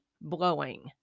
blowing